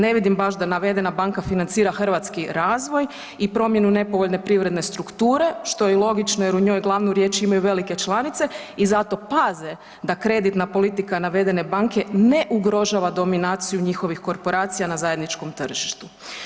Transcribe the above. Ne vidim baš da navedena banka financira hrvatski razvoj i promjenu nepovoljne privredne strukture, što je i logično jer u njoj glavnu riječ imaju velike članice i zato paze da kreditna politika navedene banke ne ugrožava dominaciju njihovih korporacija na zajedničkom tržištu.